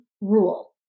rule